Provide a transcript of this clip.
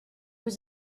was